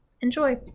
Enjoy